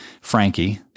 Frankie